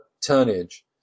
tonnage